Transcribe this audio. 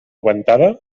ventada